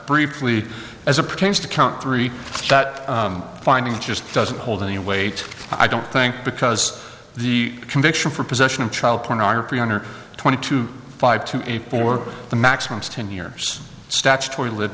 briefly as a pertains to count three that finding just doesn't hold any weight i don't think because the conviction for possession of child pornography under twenty two five to a four the maximum to ten years statutory live